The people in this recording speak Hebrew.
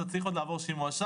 זה צריך עוד לעבור שימוע.